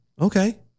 Okay